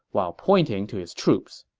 while pointing to his troops,